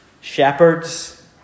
shepherds